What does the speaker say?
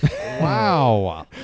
Wow